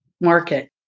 market